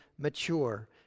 mature